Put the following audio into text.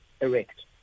erect